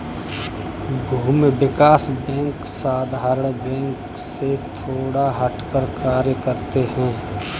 भूमि विकास बैंक साधारण बैंक से थोड़ा हटकर कार्य करते है